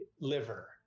liver